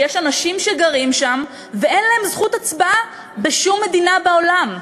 שיש אנשים שגרים שם ואין להם זכות הצבעה בשום מדינה בעולם.